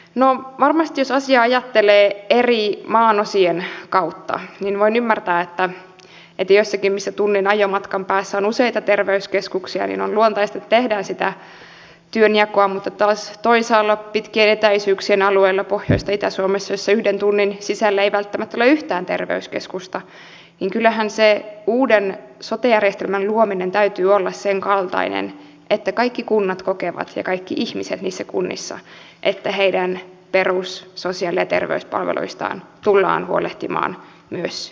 no varmasti jos asiaa ajattelee maan eri osien kautta niin voin ymmärtää että jossakin missä tunnin ajomatkan päässä on useita terveyskeskuksia on luontaista että tehdään sitä työnjakoa mutta taas toisaalla pitkien etäisyyksien alueilla pohjois tai itä suomessa jossa yhden tunnin matkan sisällä ei välttämättä ole yhtään terveyskeskusta sen uuden sote järjestelmän luomisen täytyy kyllä olla sen kaltainen että kaikki kunnat kokevat ja kaikki ihmiset niissä kunnissa että heidän perussosiaali ja terveyspalveluistaan tullaan huolehtimaan myös jatkossa